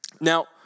Now